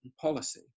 policy